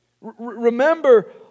Remember